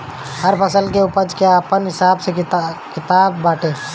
हर फसल के उपज के आपन हिसाब किताब बाटे